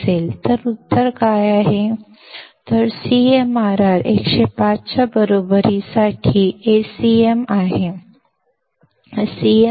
ಆದ್ದರಿಂದ CMRR ಗೆ 105 ಕ್ಕೆ ಸಮನಾಗಿರುತ್ತದೆ Acm ಯಾವುದಕ್ಕೆ ಸಮನಾಗಿರುತ್ತದೆ